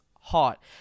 hot